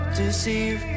deceive